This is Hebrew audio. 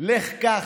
לך קח,